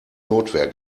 notwehr